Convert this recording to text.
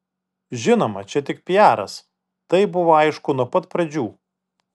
žinoma čia tik piaras tai buvo aišku nuo pat pradžių